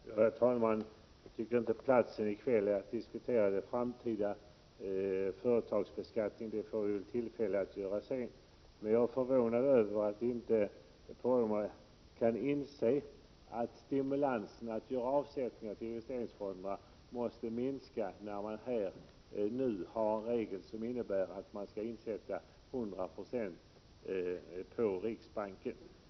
Herr talman! Jag tycker inte det här är platsen och tidpunkten att diskutera den framtida företagsbeskattningen — det får vi tillfälle att göra sedan. Men jag är förvånad över att Bruno Poromaa inte kan inse att stimulansen att göra avsättning till investeringsfonderna måste minska när det införs en regel som innebär att man skall sätta in 100 96 på riksbanken.